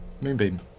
Moonbeam